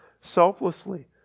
selflessly